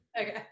Okay